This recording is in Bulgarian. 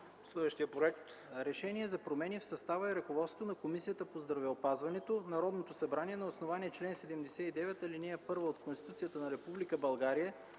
ДИМИТРОВ (ГЕРБ): „РЕШЕНИЕ за промени в състава и ръководството на Комисията по здравеопазването Народното събрание на основание чл. 79, ал. 1 от Конституцията на Република България